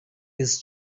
his